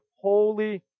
holy